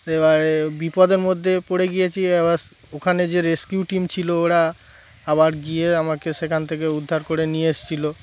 এবারে বিপদের মধ্যে পড়ে গিয়েছি এবার ওখানে যে রেস্কিউ টিম ছিলো ওরা আবার গিয়ে আমাকে সেখান থেকে উদ্ধার করে নিয়ে এসছিলো